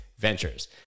Ventures